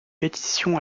pétition